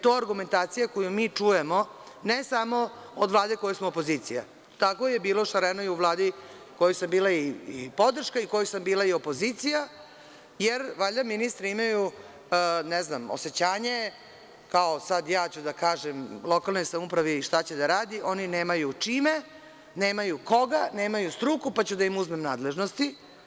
To je argumentacija koju mi čujemo ne samo od Vlade kojoj smo opozicija, tako je bilo šareno i u Vladi kojoj sam bila podrška, kojoj sam bila i opozicija jer valjda ministri imaju osećanje – kao ja sada ću da kažem lokalnoj samoupravi šta će da radi, oni nemaju čime, nemaju koga, nemaju struku, pa ću da im uzmem nadležnosti.